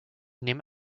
named